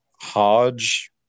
Hodge